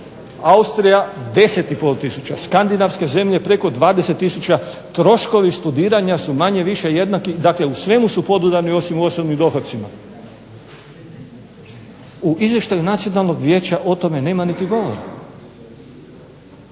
Austrija 10 i pol tisuća, skandinavske zemlje preko 20 tisuća, troškovi studiranja su manje-više jednaki, dakle u svemu su podudarni osim u osobnim dohocima. U izvještaju nacionalnog vijeća o tome nema niti govora.